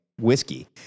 whiskey